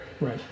Right